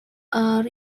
are